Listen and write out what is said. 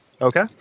Okay